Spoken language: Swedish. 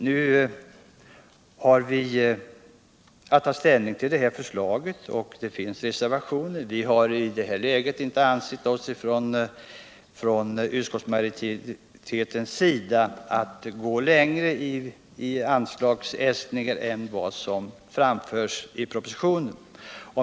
Nu har vi att ta ställning till det här förslaget, och det finns reservationer. Utskottsmajoriteten har i detta läge inte ansett sig kunna gå längre i fråga om anslag än vad som föreslås i propositionen.